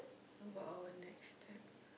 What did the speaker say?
how about next time